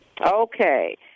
Okay